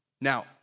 Now